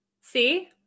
See